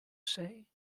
say